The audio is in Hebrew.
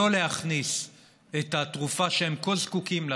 לא להכניס את התרופה שהם כה זקוקים לה,